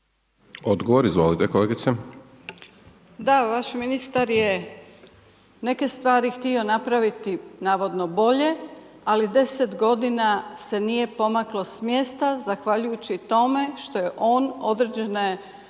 **Perić, Grozdana (HDZ)** Da, vaš ministar je neke stvari htio napraviti navodno bolje ali 10 godina se nije pomaklo s mjesta zahvaljujući tome što je on određene